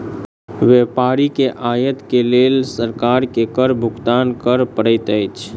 व्यापारी के आयत के लेल सरकार के कर भुगतान कर पड़ैत अछि